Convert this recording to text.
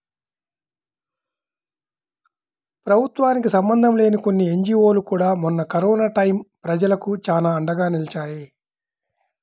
ప్రభుత్వానికి సంబంధం లేని కొన్ని ఎన్జీవోలు కూడా మొన్న కరోనా టైయ్యం ప్రజలకు చానా అండగా నిలిచాయి